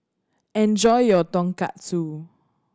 enjoy your Tonkatsu